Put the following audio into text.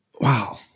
Wow